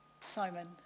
Simon